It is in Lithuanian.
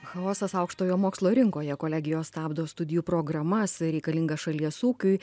chaosas aukštojo mokslo rinkoje kolegijos stabdo studijų programas reikalingas šalies ūkiui